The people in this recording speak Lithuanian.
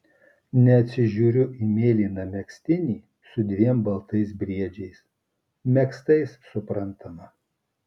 neatsižiūriu į mėlyną megztinį su dviem baltais briedžiais megztais suprantama